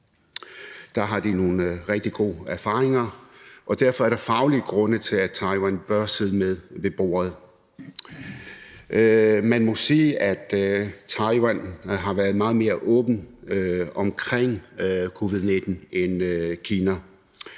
Der har de nogle rigtig gode erfaringer, og derfor er der faglige grunde til, at Taiwan bør sidde med ved bordet. Man må sige, at Taiwan har været meget mere åben omkring covid-19 end Kina.